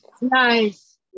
nice